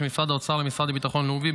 ממשרד האוצר למשרד לביטחון לאומי.